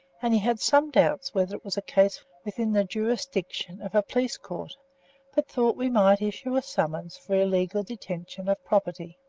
and he had some doubts whether it was a case within the jurisdiction of a police-court, but thought we might issue a summons for illegal detention of property.